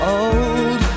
old